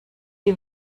die